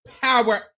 power